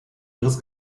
ihres